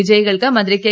വിജയികൾക്ക് മന്ത്രി കെ